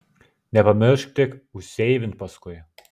nepamiršk tik užseivint paskui